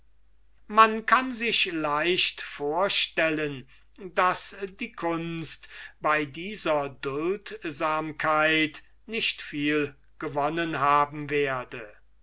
man kann sich leicht vorstellen daß die kunst bei dieser toleranz nicht viel gewonnen haben werde